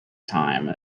time